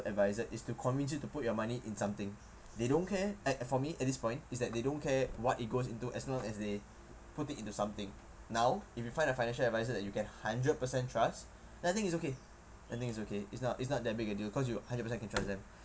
advisor is to convince you to put your money in something they don't care uh for me at this point is that they don't care what it goes into as long as they put it into something now if you find a financial advisor that you can hundred percent trust then I think it's okay I think it's okay it's not it's not that big a deal because you hundred percent can trust them